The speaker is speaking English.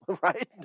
right